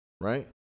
right